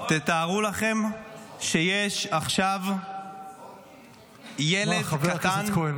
תתארו לכם שיש עכשיו ילד קטן --- חבר הכנסת כהן,